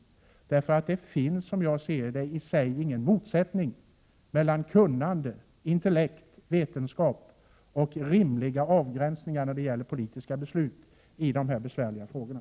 Som jag ser det finns nämligen ingen motsättning i sig mellan kunnande, intellekt, vetenskap och rimliga avgränsningar när det gäller politiska beslut i de här besvärliga frågorna.